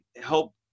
help